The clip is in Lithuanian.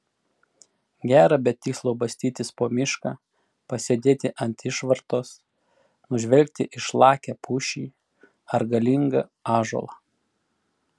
gera be tikslo bastytis po mišką pasėdėti ant išvartos nužvelgti išlakią pušį ar galingą ąžuolą